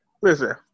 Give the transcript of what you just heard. Listen